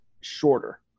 shorter